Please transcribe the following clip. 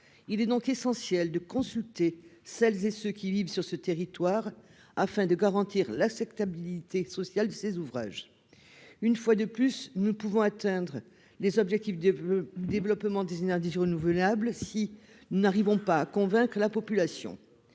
Il est donc essentiel de consulter ceux qui vivent sur les territoires concernés afin de garantir l'acceptabilité sociale de ces ouvrages. Nous ne pourrons atteindre les objectifs de développement des énergies renouvelables si nous n'arrivons pas à convaincre la population.